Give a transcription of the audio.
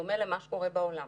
הנושא הוא מורכב.